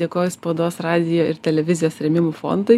dėkoju spaudos radijo ir televizijos rėmimo fondui